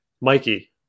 Mikey